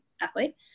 athlete